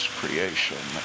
creation